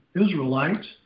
Israelites